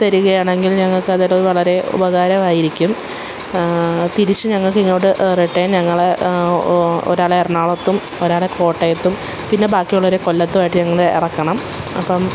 തരികയാണെങ്കിൽ ഞങ്ങൾക്ക് അതൊരു വളരെ ഉപകാരമായിരിക്കും തിരിച്ച് ഞങ്ങൾക്കിങ്ങോട്ട് റിട്ടേൺ ഞങ്ങള് ഒരാള് എറണാകുളത്തും ഒരാള് കോട്ടയത്തും പിന്നെ ബാക്കിയുള്ളവര് കൊല്ലത്തും ആയിട്ട് ഞങ്ങളെ ഇറക്കണം അപ്പോള്